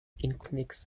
include